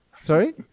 Sorry